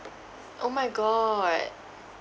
oh my god